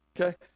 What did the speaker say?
Okay